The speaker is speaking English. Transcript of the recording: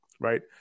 Right